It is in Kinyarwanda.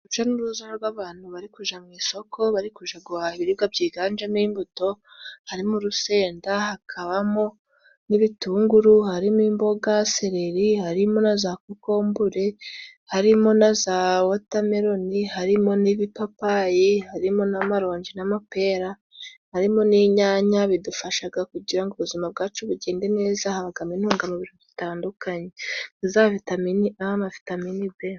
Uruja n'uruza rw'abantu bari kuja mu isoko bari kuja guhaha ibiribwa byiganjemo imbuto. Harimo urusenda, hakabamo n'ibitunguru, harimo imboga seleri, harimo na za kokombure, harimo na za wotameloni, harimo n'ibipapayi, harimo na maronji, n'amapera, harimo n'inyanya. Bidufashaga kugira ngo ubuzima bwacu bugende neza. habagamo intungamubiri zitandukanye za vitaminini A na vitaminini B.